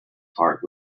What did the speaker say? part